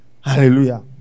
Hallelujah